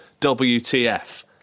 WTF